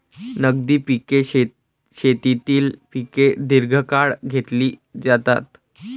नगदी पिके शेतीतील पिके दीर्घकाळ घेतली जातात